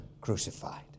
crucified